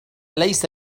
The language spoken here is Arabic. ليس